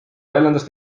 väljendas